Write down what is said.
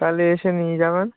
তাহলে এসে নিয়ে যাবেন